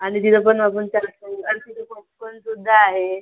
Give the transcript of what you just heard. आणि तिथे पण आपण चाट खाऊ आणि तिथे पॉपकॉर्नसुद्धा आहे